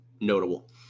notable